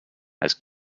has